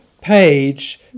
page